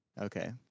Okay